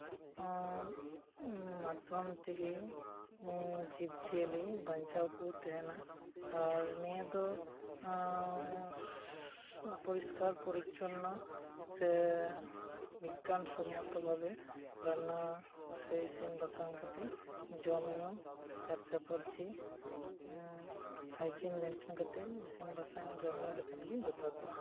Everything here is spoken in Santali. ᱢᱟᱫᱷᱚᱢ ᱛᱮᱜᱮ ᱡᱤᱵᱽ ᱡᱤᱭᱟᱹᱞᱤ ᱵᱟᱧᱪᱟᱣᱠᱚ ᱛᱟᱦᱮᱱᱟᱟᱨ ᱱᱤᱭᱟᱹ ᱫᱚ ᱯᱚᱨᱤᱥᱠᱟᱨ ᱯᱚᱨᱤᱪᱷᱚᱱᱱᱚ ᱥᱮ ᱵᱤᱜᱽᱜᱟᱱ ᱥᱚᱢᱢᱚᱛᱚ ᱵᱷᱟᱵᱮ ᱨᱟᱱᱱᱟ ᱥᱮ ᱤᱥᱤᱱ ᱵᱟᱥᱟᱝ ᱠᱟᱛᱮᱫ ᱡᱚᱢ ᱧᱩ ᱯᱷᱟᱨᱪᱟ ᱯᱷᱟᱨᱪᱤ ᱦᱟᱭᱡᱤᱱ ᱢᱮᱱᱴᱮᱱ ᱠᱟᱛᱮᱫ ᱤᱥᱤᱱ ᱵᱟᱥᱟᱝ ᱡᱚᱢ ᱧᱩ ᱞᱮᱠᱷᱟᱱᱜᱮ ᱡᱚᱛᱷᱟᱛᱚᱜᱼᱟ